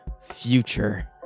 Future